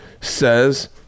says